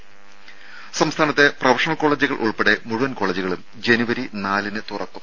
ത സംസ്ഥാനത്തെ പ്രൊഫഷണൽ കോളജുകൾ ഉൾപ്പെടെ മുഴുവൻ കോളജുകളും ജനുവരി നാലിന് തുറക്കും